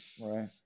Right